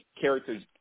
character's